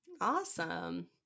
Awesome